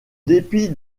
dépit